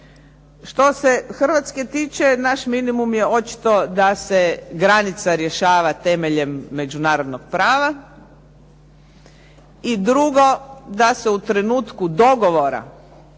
Što se Hrvatske tiče naš minimum je očito da granica rješava temeljem međunarodnog prava, i drugo da se u trenutku dogovora